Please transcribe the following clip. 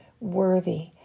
worthy